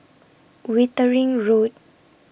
Wittering Road